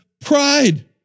pride